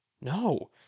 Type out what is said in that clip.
No